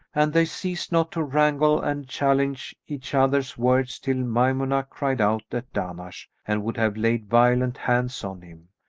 and they ceased not to wrangle and challenge each other's words till maymunah cried out at dahnash and would have laid violent hands on him,